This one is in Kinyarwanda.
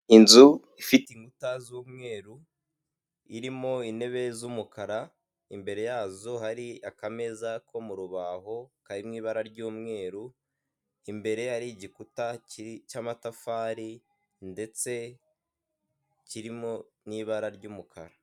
Inzu ifite inkuta z'umweru irimo intebe z'umukara imbere yazo hari akameza ko mu rubaho kari mu ibara ry'umweru imbere ari igikuta cy'amatafari ndetse kirimo n'ibara ry'umukara.